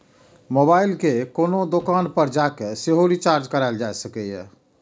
mobile कें कोनो दोकान पर जाके सेहो रिचार्ज कराएल जा सकैए